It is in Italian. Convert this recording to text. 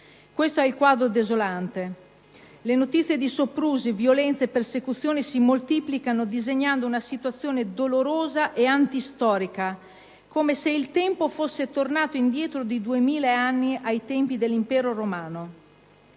Questo quadro è desolante: le notizie di soprusi, violenze e persecuzioni si moltiplicano, disegnando una situazione dolorosa e antistorica, come se il tempo fosse tornato indietro di 2000 anni, all'epoca dell'impero romano.